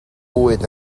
bwyd